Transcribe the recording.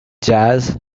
jazz